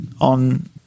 on